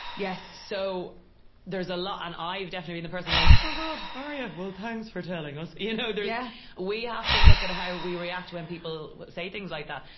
yes so there's a lot and i've definitely the person going, oh, god. are ya? well, thanks for telling us. you know? yeah we have to look at how we react when people say things like that.